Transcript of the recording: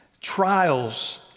trials